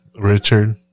Richard